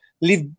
live